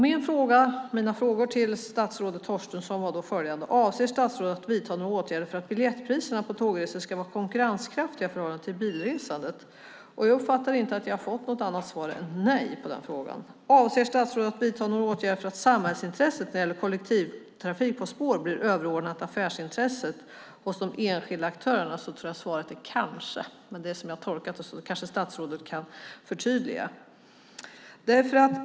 Mina frågor till statsrådet Torstensson var följande: "Avser statsrådet att vidta några åtgärder för att biljettpriser på tågresor ska vara konkurrenskraftiga i förhållande till bilresande?" Jag uppfattar inte att jag har fått något annat svar än nej på den frågan. "Avser statsrådet att vidta några åtgärder för att samhällsintresset när det gäller kollektivtrafik på spår blir överordnat affärsintresset hos de enskilda aktörerna?" Där tror jag att svaret är kanske. Men det är som jag har tolkat det. Statsrådet kanske kan förtydliga det.